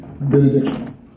benediction